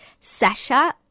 Sasha